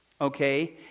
okay